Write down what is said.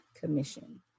commission